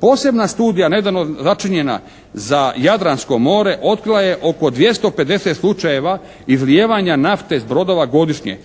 Posebna studija nedavno načinjena za Jadransko more otkrila je oko 250 slučajeva izlijevanja nafte s brodova godišnje,